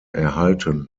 erhalten